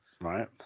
Right